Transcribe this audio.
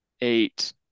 eight